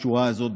בשורה הזאת,